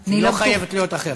היא לא חייבת להיות אחרת.